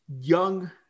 young